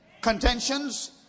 contentions